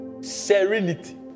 Serenity